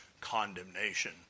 condemnation